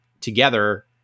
together